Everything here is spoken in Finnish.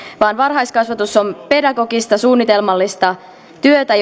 vaan varhaiskasvatus on pedagogista suunnitelmallista työtä